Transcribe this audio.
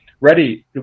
ready